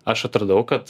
aš atradau kad